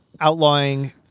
outlawing